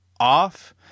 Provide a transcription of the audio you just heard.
off